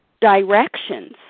directions